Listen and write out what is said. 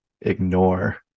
ignore